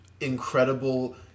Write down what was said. incredible